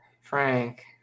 Frank